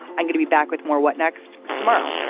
i'm gonna be back with more what next. tomorrow